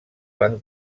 van